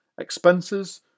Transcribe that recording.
Expenses